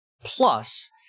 plus